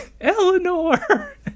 eleanor